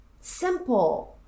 simple